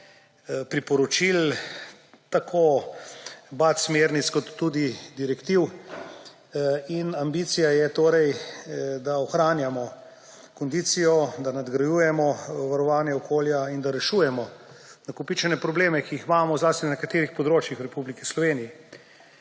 priporočil, tako smernic BAT kot tudi direktiv. Ambicija je torej, da ohranjamo kondicijo, da nadgrajujemo varovanje okolja in da rešujemo nakopičene probleme, ki jih imamo, zlasti na nekaterih področjih v Republiki Sloveniji.